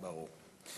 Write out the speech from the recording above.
ברור.